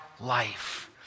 life